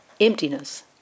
emptiness